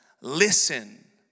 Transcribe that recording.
Listen